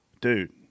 Dude